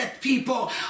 people